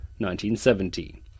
1970